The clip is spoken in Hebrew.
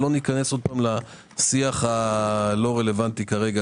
לא ניכנס שוב לשיח הלא רלוונטי הזה.